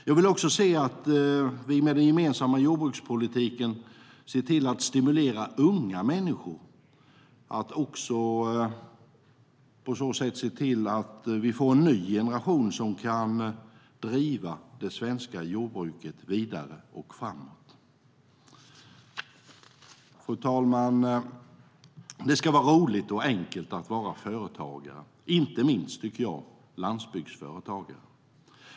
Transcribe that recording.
Jag vill också att vi med den gemensamma jordbrukspolitiken ska se till att stimulera unga människor så att vi får en ny generation som kan driva det svenska jordbruket vidare och framåt. Fru talman! Det ska vara roligt och enkelt att vara företagare, inte minst landsbygdsföretagare.